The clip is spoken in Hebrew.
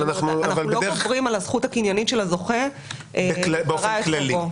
אנחנו לא גוברים על הזכות הקניינית של הזוכה לפרוע את חובו.